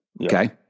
okay